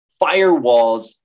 firewalls